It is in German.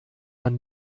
man